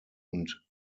und